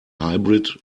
hybrid